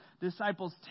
disciples